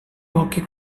hockey